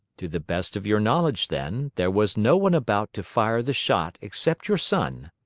to the best of your knowledge, then, there was no one about to fire the shot except your son?